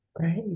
Right